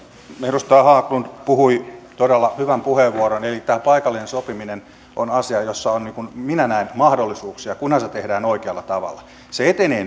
edustaja haglund puhui todella hyvän puheenvuoron eli tämä paikallinen sopiminen on asia jossa on minä näen mahdollisuuksia kunhan se tehdään oikealla tavalla se etenee